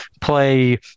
play